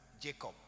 Jacob